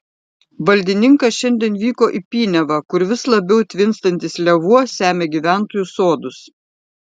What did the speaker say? valdininkas šiandien vyko į piniavą kur vis labiau tvinstantis lėvuo semia gyventojų sodus